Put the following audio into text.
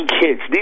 kids